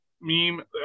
meme